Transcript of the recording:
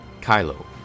kylo